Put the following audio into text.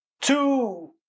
two